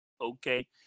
okay